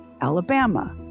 Alabama